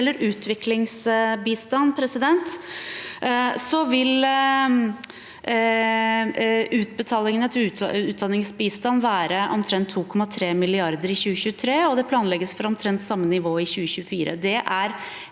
gjelder utviklingsbistand, vil utbetalingene til utdanningsbistand være omtrent 2,3 mrd. kr i 2023, og det planlegges for omtrent samme nivå i 2024.